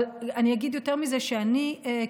אבל אני אגיד יותר מזה: אני,